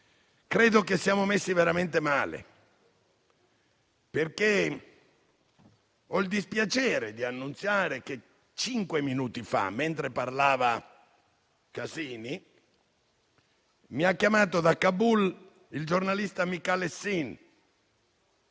credo che siamo messi veramente male. Ho infatti il dispiacere di annunziare che cinque minuti fa, mentre parlava il collega Casini, mi ha chiamato da Kabul il giornalista Micalessin